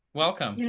welcome. you know